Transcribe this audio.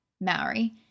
Maori